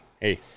hey